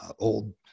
old